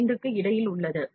15 க்கு இடையில் உள்ளது